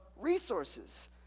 resources